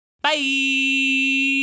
Bye